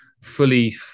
fully